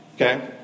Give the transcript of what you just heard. Okay